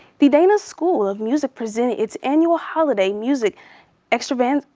the dana school of music presented its annual holiday music extravan, aah,